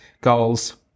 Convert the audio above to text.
goals